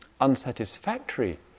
unsatisfactory